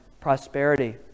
prosperity